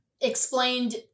explained